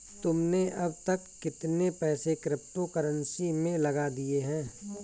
तुमने अब तक कितने पैसे क्रिप्टो कर्नसी में लगा दिए हैं?